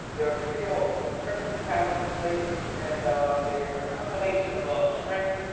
they're a trio of incredibly talented young ladies and they're a combination of ah strength,